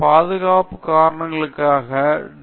பாதுகாப்பு காரணங்களுக்காக டி